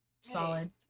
solid